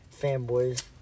fanboys